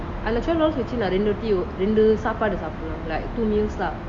and the twelve dollars ரெண்டு சாப்பாடு சாப்பிடலாம்:rendu sapadu sapdalam like two meals lah